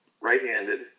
Right-handed